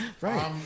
right